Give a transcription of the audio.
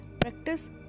practice